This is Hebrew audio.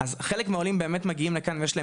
אז חלק מהעולים באמת מגיעים לכאן ויש להם